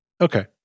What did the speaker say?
Okay